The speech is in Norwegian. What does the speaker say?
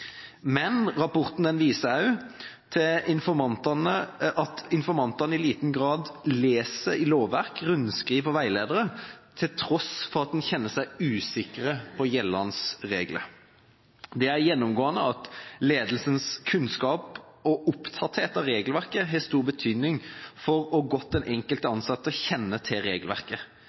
Men rapporten viser også at informantene i liten grad leser lovverk, rundskriv og veiledere, til tross for at de kjenner seg usikre på gjeldende regler. Det er gjennomgående at ledelsens kunnskap om og opptatthet av regelverket har stor betydning for hvor godt den enkelte ansatte kjenner til regelverket.